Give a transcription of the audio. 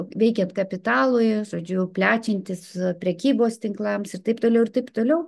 veikiant kapitalui žodžiu plečiantis prekybos tinklams ir taip toliau ir taip toliau